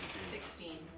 Sixteen